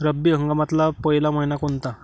रब्बी हंगामातला पयला मइना कोनता?